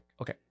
okay